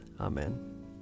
Amen